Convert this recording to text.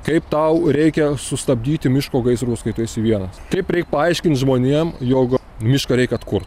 kaip tau reikia sustabdyti miško gaisrus kai tu esi vienas kaip reik paaiškint žmonėm jogo mišką reik atkurt